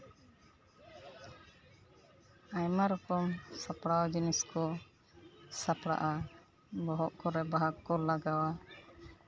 ᱟᱭᱢᱟ ᱨᱚᱠᱚᱢ ᱥᱟᱯᱲᱟᱣ ᱡᱤᱱᱤᱥ ᱠᱚ ᱥᱟᱯᱲᱟᱜᱼᱟ ᱵᱚᱦᱚᱜ ᱠᱚᱨᱮ ᱵᱟᱦᱟ ᱠᱚᱠᱚ ᱞᱟᱜᱟᱣᱟ